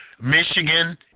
Michigan